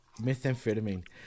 methamphetamine